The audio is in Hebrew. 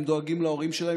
הם דואגים להורים שלהם,